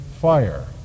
fire